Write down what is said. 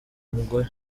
umugore